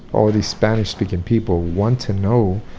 all of these spanish-speaking people want to know,